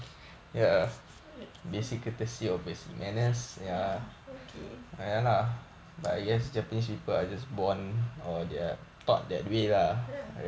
okay